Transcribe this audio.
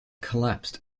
collapsed